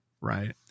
Right